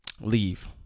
Leave